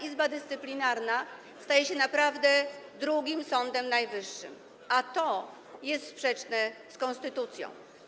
Izba Dyscyplinarna staje się naprawdę drugim Sądem Najwyższym, a to jest sprzeczne z konstytucją.